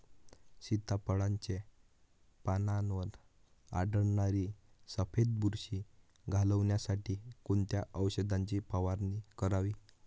सीताफळाचे पानांवर आढळणारी सफेद बुरशी घालवण्यासाठी कोणत्या औषधांची फवारणी करावी?